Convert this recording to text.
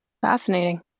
Fascinating